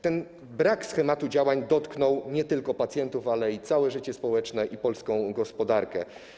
Ten brak schematu działań dotknął nie tylko pacjentów, ale i całe życie społeczne i polską gospodarkę.